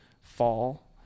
fall